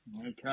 Okay